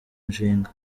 nshinga